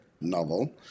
novel